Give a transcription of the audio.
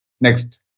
Next